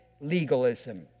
legalism